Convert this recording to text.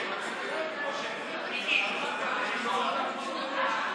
הממשלה (תיקון, הפסקת כהונה של ראש ממשלה,